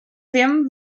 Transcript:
wiem